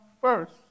first